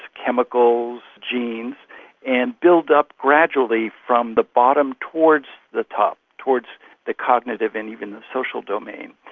chemicals, genes and build up gradually from the bottom towards the top, towards the cognitive and even the social domain.